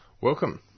Welcome